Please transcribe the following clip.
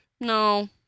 No